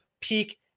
peak